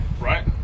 right